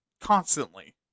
constantly